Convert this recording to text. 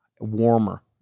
warmer